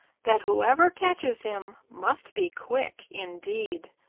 that whoever catches him must be quick indeed.